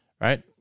right